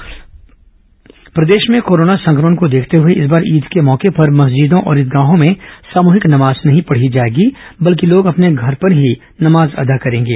corona Eid निर्देश प्रदेश corona संक्रमण को देखते हुए इस बार ईद के मौके पर मस्जिदों और ईदगाहों में सामूहिक नमाज नहीं पढ़ी जाएगी बल्कि लोग अपने घर पर ही नमाज अदा करेंगे